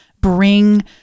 bring